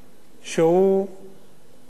שבאמת בקור רוח,